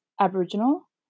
Aboriginal